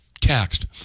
taxed